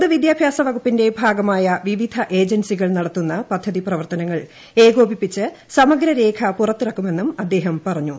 പൊതുവിദ്യാഭ്യാസ വകുപ്പിന്റെ ഭാഗമായ വിവിധ ഏജൻസികൾ നടത്തുന്ന പദ്ധതി പ്രവർത്തനങ്ങൾ ഏകോപിപ്പിച്ച് സമഗ്രരേഖ പുറത്തിറക്കുമെന്നും അദ്ദേഹം പറഞ്ഞു